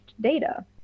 data